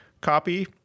copy